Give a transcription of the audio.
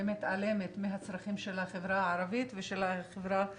ומתעלמת מהצרכים של החברה הערבית ושל החברה בכלל,